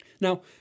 Now